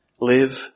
live